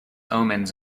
omens